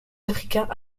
africains